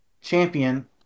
champion